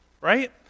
Right